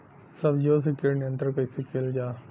सब्जियों से कीट नियंत्रण कइसे कियल जा?